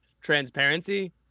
transparency